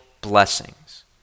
blessings